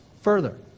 further